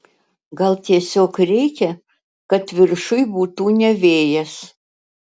gal tiesiog reikia kad viršuj būtų ne vėjas